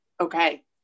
okay